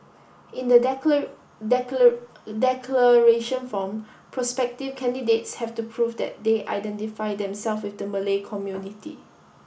in the declaration form prospective candidates have to prove that they identify themselves with the Malay community